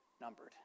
numbered